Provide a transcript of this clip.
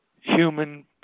human